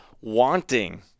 wanting